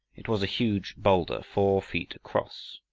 it was a huge boulder, four feet across.